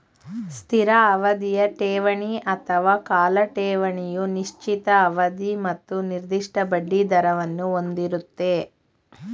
ಸ್ಥಿರ ಅವಧಿಯ ಠೇವಣಿ ಅಥವಾ ಕಾಲ ಠೇವಣಿಯು ನಿಶ್ಚಿತ ಅವಧಿ ಮತ್ತು ನಿರ್ದಿಷ್ಟ ಬಡ್ಡಿದರವನ್ನು ಹೊಂದಿರುತ್ತೆ